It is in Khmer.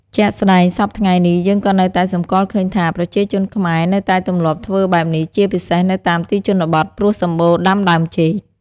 ជាក់ស្តែង សព្វថ្ងៃនេះយើងក៏នៅតែសម្គាល់ឃើញថា ប្រជាជនខ្មែរនៅតែទម្លាប់ធ្វើបែបនេះ ជាពិសេសនៅតាមទីជនបទ ព្រោះសម្បូរដាំដើមចេក។